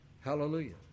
Hallelujah